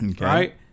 Right